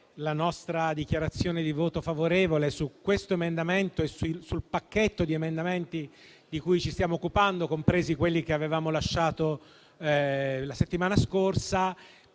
la nostra dichiarazione di voto favorevole su questo emendamento e sul pacchetto di emendamenti di cui ci stiamo occupando, compresi quelli che avevamo lasciato la settimana scorsa,